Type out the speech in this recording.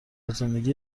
زندگی